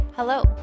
Hello